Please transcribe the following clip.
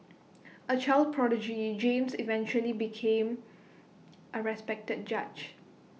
A child prodigy James eventually became A respected judge